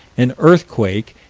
an earthquake,